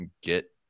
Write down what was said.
get